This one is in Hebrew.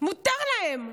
מותר להם,